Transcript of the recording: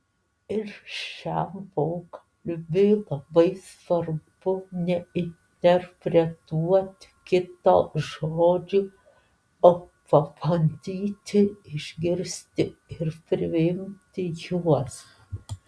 ir šiam pokalbiui labai svarbu neinterpretuoti kito žodžių o pabandyti išgirsti ir priimti juos